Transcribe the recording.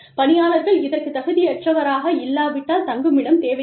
பணியாளர்கள் இதற்குத் தகுதியற்றவராக இல்லாவிட்டால் தங்குமிடம் தேவையில்லை